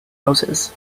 roses